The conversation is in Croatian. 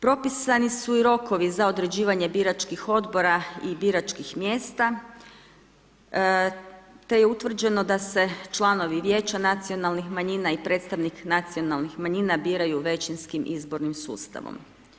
Propisani su i rokovi za određivanje biračkih odbora i biračkih mjesta te je utvrđeno da se članovi vijeća nacionalnih manjina i predstavnik nacionalnih manjina biraju većinskim izbornim sustavom.